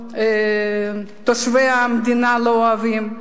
תושבי המדינה לא אוהבים,